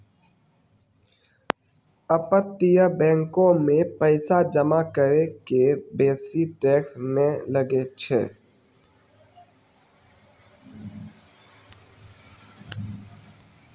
अपतटीय बैंको मे पैसा जमा करै के बेसी टैक्स नै लागै छै